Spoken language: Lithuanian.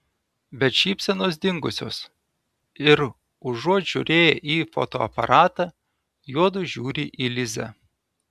bet šypsenos dingusios ir užuot žiūrėję į fotoaparatą juodu žiūri į lizę